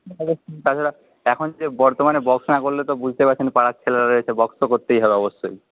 তাছাড়া এখন যে বর্তমানে বক্স না করলে তো বুঝতে পারছেন পাড়ার ছেলেরা রয়েছে বক্স তো করতেই হবে অবশ্যই